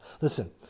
Listen